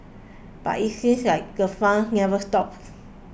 but it seems like the fun never stops